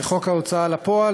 לחוק ההוצאה לפועל,